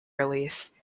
release